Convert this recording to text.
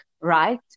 right